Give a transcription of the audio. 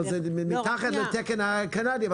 זה מתחת לתקן הקנדי,